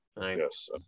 Yes